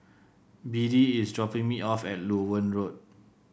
Beadie is dropping me off at Loewen Road